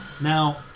Now